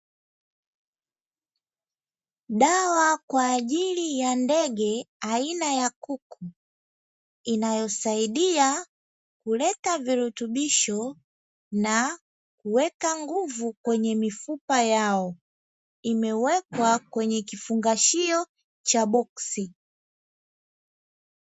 Dawa kwa ajili ya ndege aina ya kuku inayosaidia kuleta virutubisho na kuweka nguvu kwenye mifupa yao, imewekwa kwenye kifungashio cha boksi.